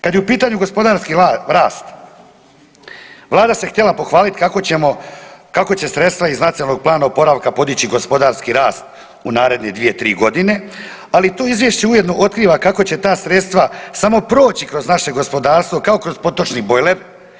Kad je u pitanju gospodarski rast, Vlada se htjela pohvaliti kako će sredstva iz Nacionalnog plana oporavka podići gospodarski rast u naredne 2, 3 godine ali to izvješće ujedno otkriva kako će ta sredstva samo proći kroz naše gospodarstvo kao kroz protočni bojler.